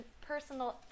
personal